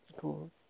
cool